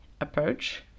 Approach